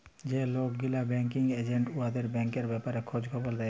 যে লক গিলা ব্যাংকিং এজেল্ট উয়ারা ব্যাংকের ব্যাপারে খঁজ খবর দেই